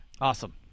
Awesome